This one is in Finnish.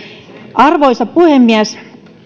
arvoisa puhemies